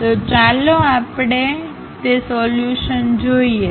તો ચાલો આપણે તે સોલ્યુશન જોઈએ